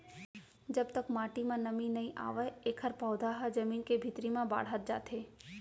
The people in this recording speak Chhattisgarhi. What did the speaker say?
जब तक माटी म नमी नइ आवय एखर पउधा ह जमीन के भीतरी म बाड़हत जाथे